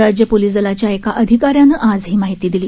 राज्य पोलीस दलाच्या एका अधिकाऱ्यानं आज ही माहिती दिली